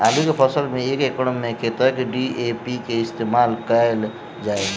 आलु केँ फसल मे एक एकड़ मे कतेक डी.ए.पी केँ इस्तेमाल कैल जाए?